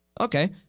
Okay